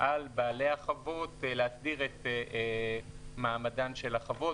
על בעלי החוות להסדיר את מעמדן של החוות,